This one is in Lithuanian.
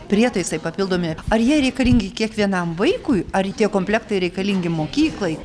prietaisai papildomi ar jie reikalingi kiekvienam vaikui ar tie komplektai reikalingi mokyklai